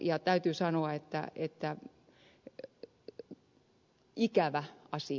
ja täytyy sanoa että se on ikävä asia